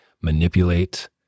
manipulate